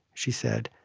she said,